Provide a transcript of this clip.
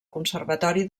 conservatori